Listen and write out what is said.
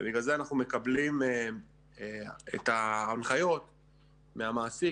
ובגלל זה אנחנו מקבלים את ההנחיות מהמעסיק,